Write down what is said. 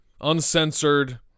uncensored